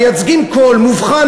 מייצגים קול מובחן,